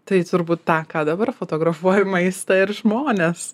tai turbūt tą ką dabar fotografuoju maistą ir žmones